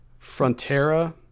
Frontera